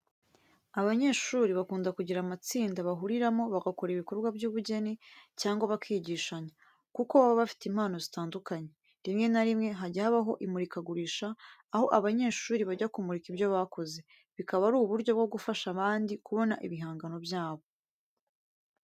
Abanyeshuri bakunda kugira amatsinda bahuriramo bagakora ibikorwa by’ubugeni cyangwa bakigishanya, kuko baba bafite impano zitandukanye. Rimwe na rimwe, hajya habaho imurikagurisha, aho abanyeshuri bajya kumurika ibyo bakoze, bikaba ari uburyo bwo gufasha abandi kubona ibihangano byabo.